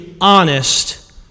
honest